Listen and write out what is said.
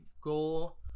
goal